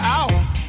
out